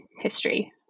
history